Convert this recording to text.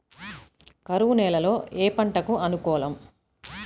కరువు నేలలో ఏ పంటకు అనుకూలం?